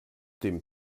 dem